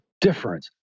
difference